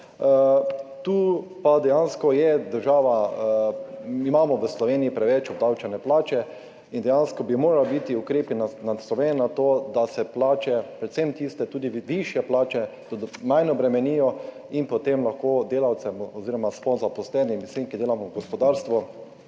Tu pa dejansko je država, imamo v Sloveniji preveč obdavčene plače in dejansko bi morali biti ukrepi naslovljeni na to, da se plače, predvsem tiste višje plače manj obremenijo in potem lahko delavcem oziroma zaposlenim in vsem, ki delamo v gospodarstvu